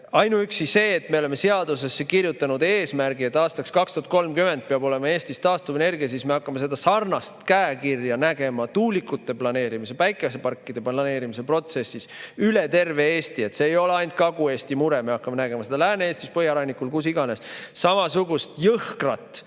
ainuüksi see, et me oleme seadusesse kirjutanud eesmärgi, et aastaks 2030 peab olema Eestis taastuvenergia – me hakkame sarnast käekirja nägema tuulikute planeerimise, päikeseparkide planeerimise protsessis üle terve Eesti. See ei ole ainult Kagu-Eesti mure, me hakkame nägema Lääne‑Eestis, põhjarannikul, kus iganes, samasugust jõhkrat